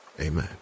Amen